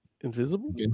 Invisible